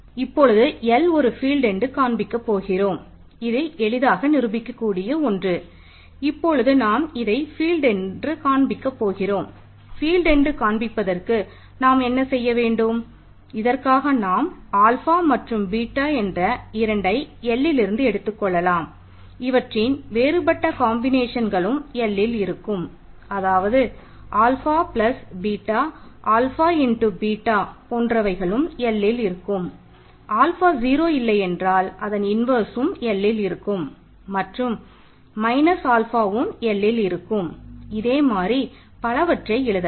இப்பொழுது L ஒரு field Lல் இருக்கும் இதே மாதிரி பலவற்றை எழுதலாம்